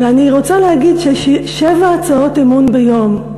אני רוצה להגיד ששבע הצעות אי-אמון ביום,